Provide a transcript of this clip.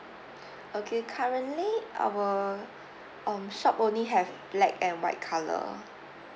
okay currently our um shop only have black and white colour